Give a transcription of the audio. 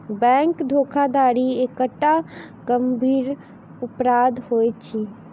bank धोखाधड़ी एकटा गंभीर अपराध होइत अछि